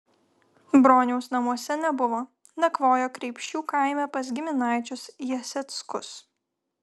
broniaus namuose nebuvo nakvojo kreipšių kaime pas giminaičius jaseckus